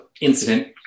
incident